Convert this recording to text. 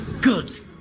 Good